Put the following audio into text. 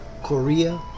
Korea